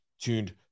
tuned